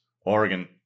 Oregon